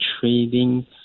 trading